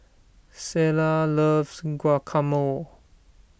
Selah loves Guacamole